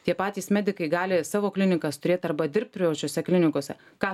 tie patys medikai gali savo klinikas turėt arba dirbt privačiose klinikose ką